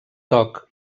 toc